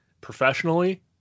professionally